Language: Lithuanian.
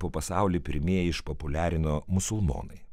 po pasaulį pirmieji išpopuliarino musulmonai